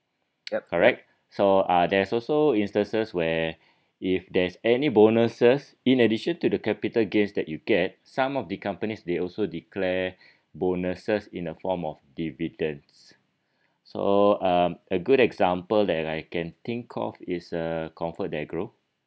correct so uh there's also instances where if there's any bonuses in addition to the capital gains that you get some of the companies they also declare bonuses in the form of dividends so um a good example that I can think of is uh comfortdelgro